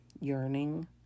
yearning